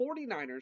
49ers